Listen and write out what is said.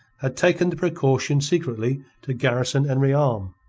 had taken the precaution secretly to garrison and rearm.